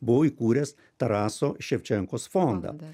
buvau įkūręs taraso ševčenkos fondą